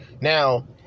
now